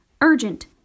Urgent